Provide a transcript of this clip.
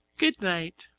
good night.